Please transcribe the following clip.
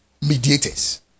mediators